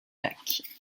lac